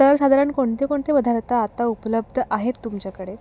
तर साधारण कोणते कोणते पदार्थ आत्ता उपलब्ध आहेत तुमच्याकडे